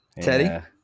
Teddy